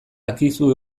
akizu